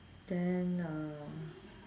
then uh